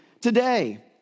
today